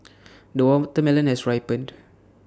the watermelon has ripened